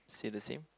still the same